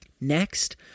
Next